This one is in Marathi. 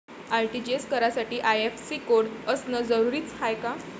आर.टी.जी.एस करासाठी आय.एफ.एस.सी कोड असनं जरुरीच हाय का?